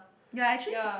ya actually